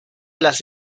las